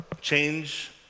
Change